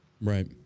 Right